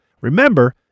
remember